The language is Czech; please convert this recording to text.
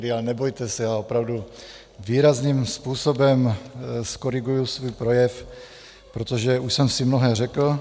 Ale nebojte se, já opravdu výrazným způsobem zkoriguji svůj projev, protože už jsem si mnohé řekl.